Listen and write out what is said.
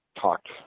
talked